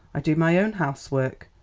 i do my own housework.